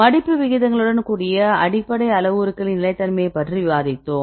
மடிப்பு விகிதங்களுடன் கூடிய அடிப்படை அளவுருக்களின் நிலைத்தன்மையைப் பற்றி விவாதித்தோம்